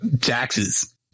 taxes